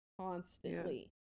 constantly